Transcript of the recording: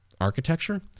architecture